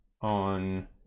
on